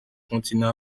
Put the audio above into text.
continent